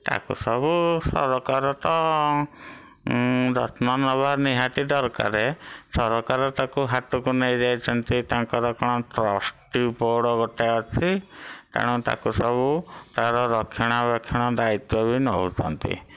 ତାକୁ ସବୁ ସରକାର ତ ଯତ୍ନ ନେବା ନିହାତି ଦରକାର ସରକାର ତାକୁ ହାତକୁ ନେଇଯାଇଛନ୍ତି ତାଙ୍କର କ'ଣ ବୋର୍ଡ଼ ଗୋଟେ ଅଛି ତେଣୁ ତାକୁ ସବୁ ତା'ର ରକ୍ଷଣାବେକ୍ଷଣ ଦାୟିତ୍ୱ ବି ନେଉଛନ୍ତି